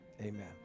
Amen